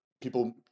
people